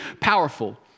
powerful